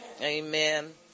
Amen